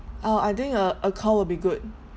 uh I think a a call will be good